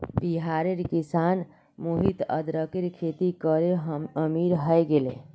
बिहारेर किसान मोहित अदरकेर खेती करे अमीर हय गेले